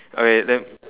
okay then